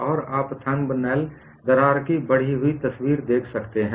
और आप थंबनेल दरार की बढ़ी हुई तस्वीर देख सकते हैं